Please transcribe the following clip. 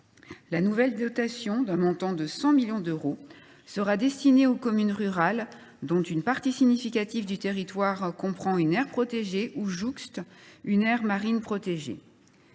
La nouvelle dotation, d’un montant de 100 millions d’euros, sera destinée aux communes rurales dont une partie significative du territoire comprend une aire protégée ou jouxte une aire marine protégée.